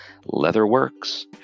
Leatherworks